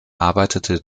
arbeitete